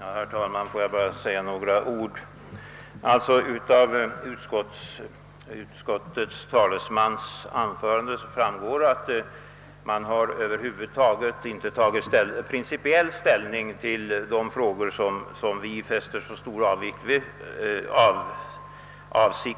Herr talman! Får jag bara säga några ord. Av utskottets talesmans anförande framgår att man över huvud taget inte tagit principiell ställning till de frågor som vi motionärer fäster så stort avseende